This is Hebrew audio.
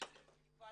יובל